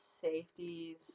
safeties